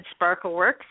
SparkleWorks